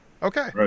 Okay